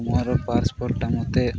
ମୋର ପାର୍ସପୋର୍ଟଟା ମୋତେ